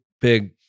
big